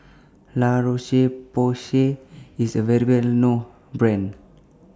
La Roche Porsay IS A Well known Brand